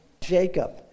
Jacob